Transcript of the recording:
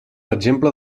exemple